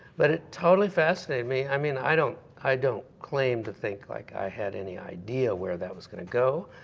but it totally fascinated me. i mean i don't i don't claim to think like i had any idea where that was going to go,